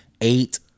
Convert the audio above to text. Eight